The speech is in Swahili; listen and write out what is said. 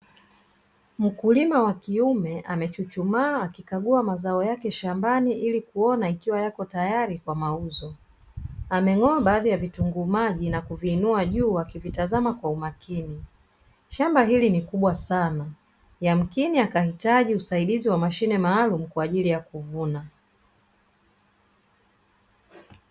Mkulima wa kiume amechuchumaa akikagua mazao yake shambani ili kuona ikiwa yako tayari kwa mauzo. ameng'oa baadhi ya vitunguu maji na kuviinua juu wakivitazama kwa umakini shamba hili ni kubwa sana, yamkini akahitaji usaidizi wa mashine maalum kwa ajili ya kuvuna.